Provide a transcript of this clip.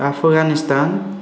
Afghanistan